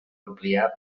ampliar